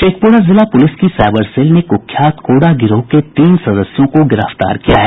शेखपुरा जिला पुलिस की cyber cell ने कुख्यात कोढ़ा गिरोह के तीन सदस्यों को गिरफ्तार किया है